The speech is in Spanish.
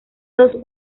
dos